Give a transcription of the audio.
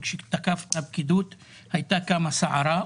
שכשתקף את הפקידות הייתה קמה סערה,